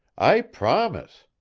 i promise!